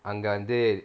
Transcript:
அங்க வந்து:anga vanthu